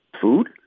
food